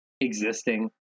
existing